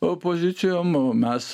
opozicijom mes